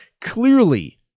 Clearly